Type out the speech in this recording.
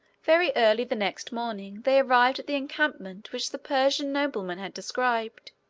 very early the next morning they arrived at the encampment which the persian nobleman had described.